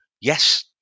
Yes